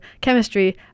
Chemistry